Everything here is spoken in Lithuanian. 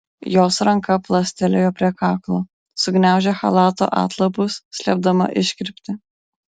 jos ranka plastelėjo prie kaklo sugniaužė chalato atlapus slėpdama iškirptę